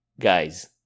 guys